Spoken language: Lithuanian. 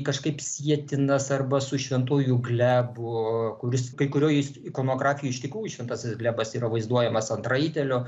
kažkaip sietinas arba su šventuoju glebu kuris kai kurioj ikonografijoj iš tikrųjų šventasis glebas yra vaizduojamas ant raitelio